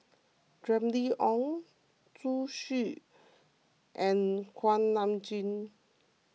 Remy Ong Zhu Xu and Kuak Nam Jin